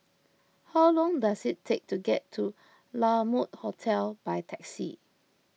how long does it take to get to La Mode Hotel by taxi